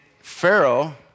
Pharaoh